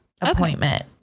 appointment